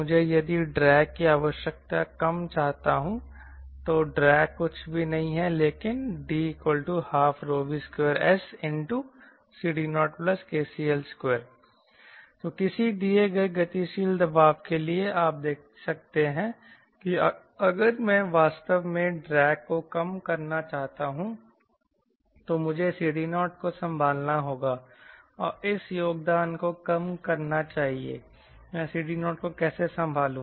मुझे यदि ड्रैग की आवश्यकता कम चाहता हूं तो ड्रैग कुछ भी नहीं है लेकिन D12V2SCD0kCL2 तो किसी दिए गए गतिशील दबाव के लिए आप देख सकते हैं कि अगर मैं वास्तव में ड्रैग को कम करना चाहता हूं तो मुझे CD0 को संभालना होगा और इस योगदान को कम करना चाहिए मैं CD0 को कैसे संभालूं